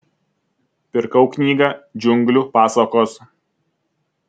pirkau knygą džiunglių pasakos